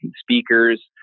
speakers